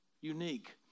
unique